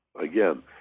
again